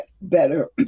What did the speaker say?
better